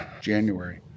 January